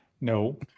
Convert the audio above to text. No